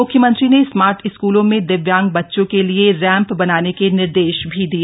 मुख्यमंत्री ने स्मार्ट स्कूलों में दिव्यांग बच्चों के लिए रैंप बनाने के निर्देश भी दिए